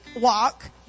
walk